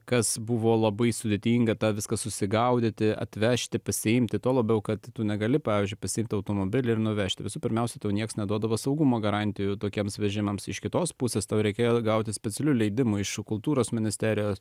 kas buvo labai sudėtinga tą viskas susigaudyti atvežti pasiimti tuo labiau kad tu negali pavyzdžiui pasiimti automobilį ir nuvežti visų pirmiausia to niekas neduodavo saugumo garantijų tokiems vežimams iš kitos pusės tau reikėjo gauti specialių leidimų iš kultūros ministerijos